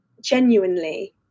genuinely